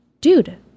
Dude